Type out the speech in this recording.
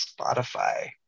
Spotify